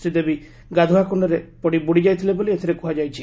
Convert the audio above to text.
ଶ୍ରୀଦେବୀ ଗାଧୁଆ କୁଣ୍ଡରେ ପଡ଼ି ବୁଡ଼ିଯାଇଥିଲେ ବୋଲି ଏଥିରେ କୁହାଯାଇଛି